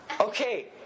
Okay